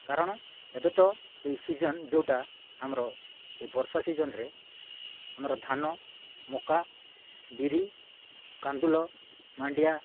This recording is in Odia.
କାରଣ ଏବେ ତ ଏହି ସିଜନ୍ ଯେଉଁଟା ଆମର ଏହି ବର୍ଷା ସିଜନ୍ରେ ଆମର ଧାନ ମକା ବିରି କାନ୍ଦୁଲ ମାଣ୍ଡିଆ